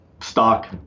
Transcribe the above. stock